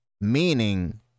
meaning